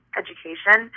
education